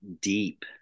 deep